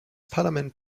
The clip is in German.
parlament